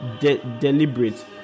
deliberate